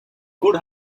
good